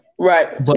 Right